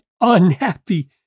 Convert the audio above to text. unhappy